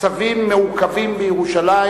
צווים מעוכבים בירושלים.